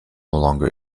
longer